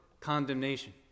Condemnation